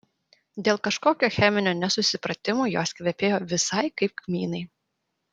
dėl kažkokio cheminio nesusipratimo jos kvepėjo visai kaip kmynai